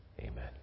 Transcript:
Amen